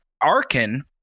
Arkin